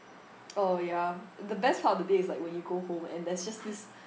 oh ya the best part of the day is like when you go home and there's just this